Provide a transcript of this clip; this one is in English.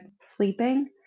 sleeping